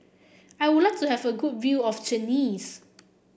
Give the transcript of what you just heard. I would like to have a good view of Tunis